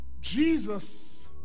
Jesus